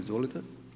Izvolite.